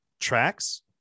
tracks